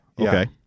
Okay